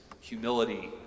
humility